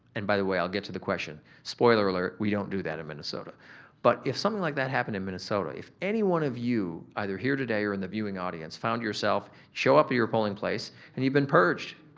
and by the way i'll get to the question, spoiler alert, we don't do that in minnesota but if something like that happened in minnesota, if anyone of you either here today or in the viewing audience found yourself, show up at your polling place and you've been purged,